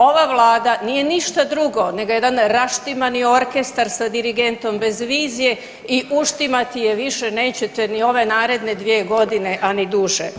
Ova vlada nije ništa drugo nego jedan raštimani orkestar sa dirigentom bez vizije i uštimati je više nećete ni ove naredne dvije godine, a ni duže.